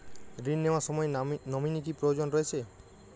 ঋণ নেওয়ার সময় নমিনি কি প্রয়োজন রয়েছে?